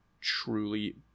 truly